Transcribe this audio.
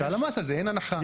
כשעל המס הזה אין הנחה.